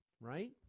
Right